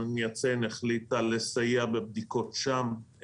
אבל מדינת ישראל החליטה לסייע בבדיקות שם.